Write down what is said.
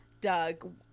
Doug